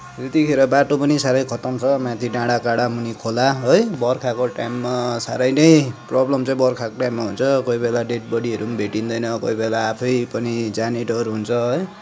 त्यत्तिखेर बाटो पनि साह्रै खतम छ माथि डाँडा काँडा मुनि खोला है बर्खाको टाइममा साह्रै नै प्रब्लम चाहिँ वर्षाको टाइममा हुन्छ कोही बेला डेड बोडीहरू पनि भेटिँदैन कोही बेला आफै पनि जाने डर हुन्छ है